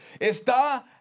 Está